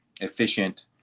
efficient